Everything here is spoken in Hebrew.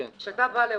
כשאתה בא לאולם,